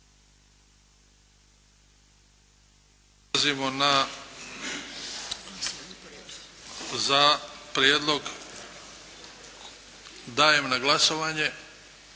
prelazimo na, za prijedlog dajem na glasovanje